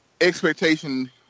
expectation